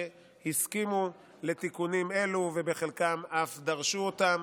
שהסכימו לתיקונים אלו ובחלקם אף דרשו אותם,